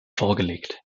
vorgelegt